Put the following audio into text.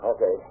Okay